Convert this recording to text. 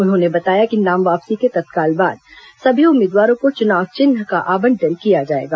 उन्होंने बताया कि नाम वापसी के तत्काल बाद सभी उम्मीदवारों को चुनाव चिन्ह का आवंटन किया जाएगा